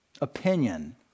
opinion